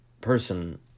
person